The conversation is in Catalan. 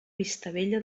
vistabella